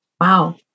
Wow